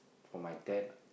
for my dad